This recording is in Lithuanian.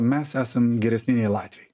mes esam geresni nei latviai